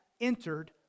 entered